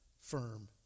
firm